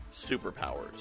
superpowers